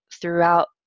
throughout